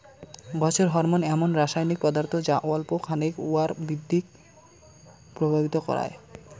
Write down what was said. গছের হরমোন এমুন রাসায়নিক পদার্থ যা অল্প খানেক উয়ার বৃদ্ধিক প্রভাবিত করায়